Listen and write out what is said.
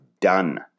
done